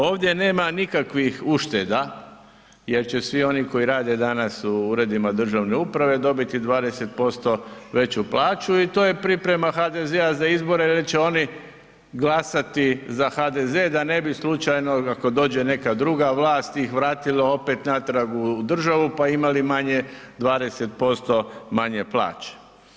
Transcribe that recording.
Ovdje nema nikakvih ušteda jer će svi oni koji rade danas u uredima državne uprave dobiti 20% veću plaću i to je priprema HDZ-a za izbore jel će oni glasati za HDZ, da ne bi slučajno ako dođe neka druga vlast, ih vratilo opet natrag u državu, pa imali manje 20% manje plaće.